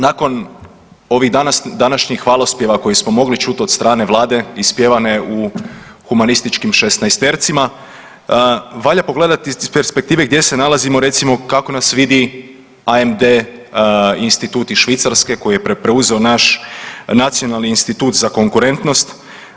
Nakon ovih današnjih hvalospjeva koje smo mogli čut od strane vlade ispjevane u humanističkim šesnaestercima valja pogledati iz perspektive gdje se nalazimo recimo, kako nas vidi Ind Institut iz Švicarske koji je preuzeo naš nacionalni institut za konkurentnost.